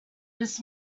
this